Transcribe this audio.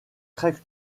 très